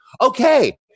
okay